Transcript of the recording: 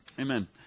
Amen